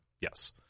Yes